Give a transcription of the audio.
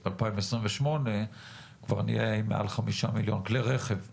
ב-2028 כבר נהיה עם מעל 5 מיליון כלי רכב פרטיים?